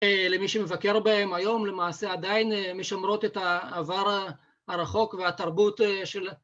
למי שמבקר בהם היום למעשה עדיין משמרות את העבר הרחוק והתרבות של...